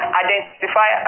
identify